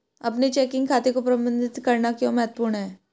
अपने चेकिंग खाते को प्रबंधित करना क्यों महत्वपूर्ण है?